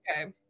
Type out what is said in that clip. Okay